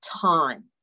time